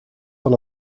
van